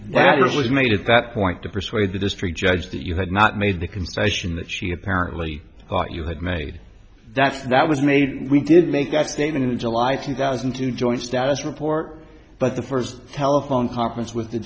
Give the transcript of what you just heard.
that was made at that point to persuade the district judge that you had not made the concession that she apparently thought you had made that's that was made we did make that statement in july two thousand and two joint status report but the first telephone conference with the